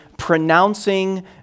pronouncing